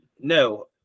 No